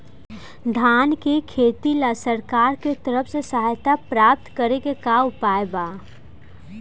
धान के खेती ला सरकार के तरफ से सहायता प्राप्त करें के का उपाय बा?